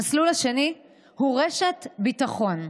המסלול השני הוא "רשת ביטחון".